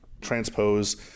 transpose